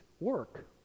work